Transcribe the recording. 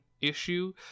issue